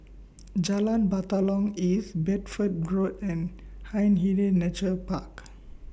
Jalan Batalong East Bedford Road and Hindhede Nature Park